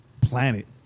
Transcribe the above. planet